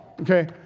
okay